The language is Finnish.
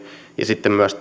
ja sitten myös